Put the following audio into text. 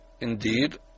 indeed